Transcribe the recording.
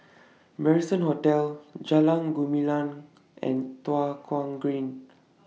Marrison Hotel Jalan Gumilang and Tua Kong Green